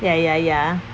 ya ya ya